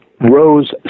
rose